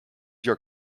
your